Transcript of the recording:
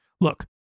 Look